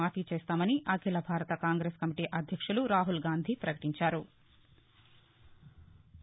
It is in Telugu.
మాఫీ చేస్తామని అఖీల భారత కాంగ్రెస్ కమిటీ అధ్యక్షులు రాహుల్గాంధీ పకటించారు